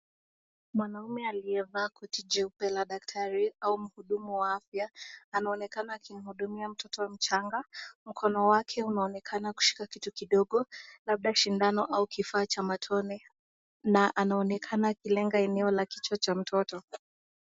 Mwanaume aliyevaa koti jeupe la daktari au mhudumu wa afya, anaonekana akimhudumia mtoto mchanga, mkono wake unaonekana kushika kitu kidogo labda sindano au kifaa cha matone, na anaonekana akilenga eneo la kichwa cha mtoto.